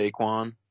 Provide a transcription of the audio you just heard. Saquon